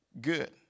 good